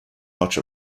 much